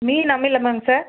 மீன் அமிலமாங்க சார்